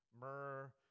myrrh